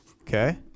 okay